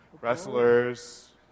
wrestlers